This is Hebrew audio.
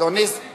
אז אני מבקש